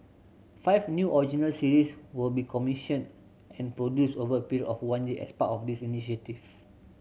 five new original series will be commissioned and produced over a period of one year as part of this initiative